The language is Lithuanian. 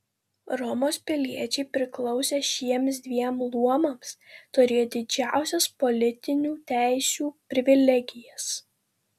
romos piliečiai priklausę šiems dviem luomams turėjo didžiausias politiniu teisių privilegijas